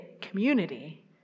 community